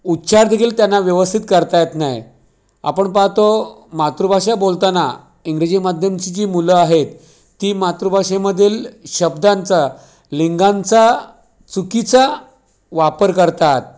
उच्चार देखील त्यांना व्यवस्थित करता येत नाही आपण पाहतो मातृभाषा बोलताना इंग्रजी माध्यमाची जी मुलं आहेत ती मातृभाषेमधील शब्दांचा लिंगांचा चुकीचा वापर करतात